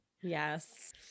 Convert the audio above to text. Yes